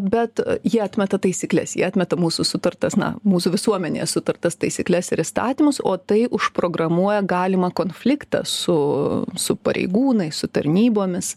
bet ji atmeta taisykles ji atmeta mūsų sutartas na mūsų visuomenėje sutartas taisykles ir įstatymus o tai užprogramuoja galimą konfliktą su su pareigūnais su tarnybomis